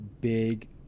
big